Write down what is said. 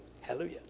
Hallelujah